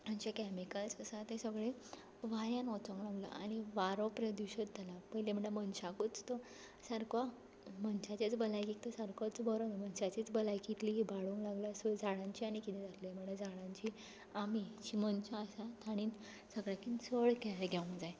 जे chemicals आसा ते सगळे वाऱ्यान वचूंक लागला आनी वारो प्रदुशीत जाला पयलीं म्हळ्या मनशाकूच तो सारको मनशाचेच भलयकेक तो सारकोच बरो न्हू मनशाचीच भलायकी इतली इबाडूंक लागला सो झाडांचें आनी किदें जातलें म्हुणू झाडांची आमी जीं मनशां आसा तांणी सगळ्यांकीन चड कॅर घेवंक जाय